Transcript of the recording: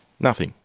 nothing.